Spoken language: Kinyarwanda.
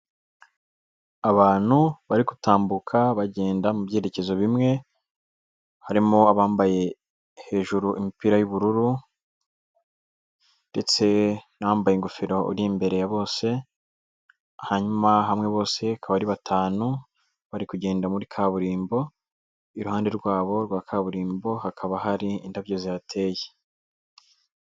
Abantu bari gutambuka bagenda mu byerekezo bimwe, harimo abambaye hejuru imipira y'ubururu, ndetse n'umbaye ingofero uri imbere ya bose, hanyuma hamwe boseba akaba ari batanu bari kugenda muri kaburimbo, iruhande rwabo rwa kaburimbo hakaba hari indabyo ziteye.